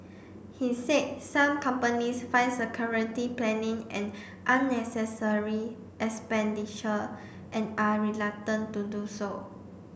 he said some companies find security planning an unnecessary expenditure and are reluctant to do so